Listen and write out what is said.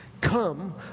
Come